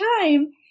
time